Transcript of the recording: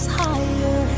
higher